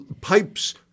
pipes